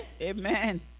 Amen